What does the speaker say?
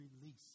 release